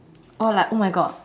or like oh my God